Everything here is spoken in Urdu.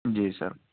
جی سر